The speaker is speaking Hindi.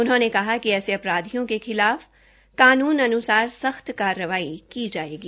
उन्होंने कहा कि ऐसे अपराधियों को खिलाफ कानून के अन्सार सख्त कार्रवाई की जायेगी